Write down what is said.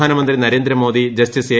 പ്രധാനമന്ത്രി Narendra Modi justice A